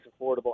affordable